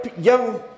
young